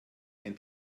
ein